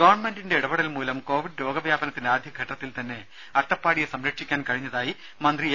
ദേഴ ഗവൺമെന്റിന്റെ ഇടപെടൽ മൂലം കോവിഡ് രോഗവ്യാപനത്തിന്റെ ആദ്യഘട്ടത്തിൽ തന്നെ അട്ടപ്പാടിയെ സംരക്ഷിക്കാൻ സാധിച്ചതായി മന്ത്രി എ